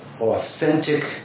authentic